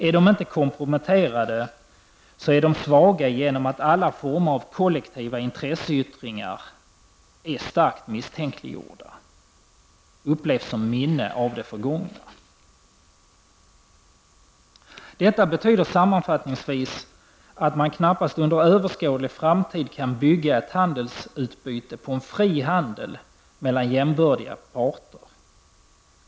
Är de inte komprometterade är de svaga genom att alla former av kollektiva intresseyttringar är starkt misstänkliggjorda och upplevs som ett minne av det förgånga. Det betyder sammanfattningsvis att man knappast under överskådlig framtid kan bygga ett handelsutbyte på en ''fri'' handel mellan jämbördiga parter.